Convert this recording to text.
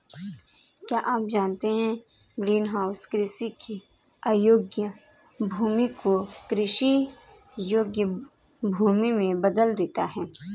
क्या आप जानते है ग्रीनहाउस कृषि के अयोग्य भूमि को कृषि योग्य भूमि में बदल देता है?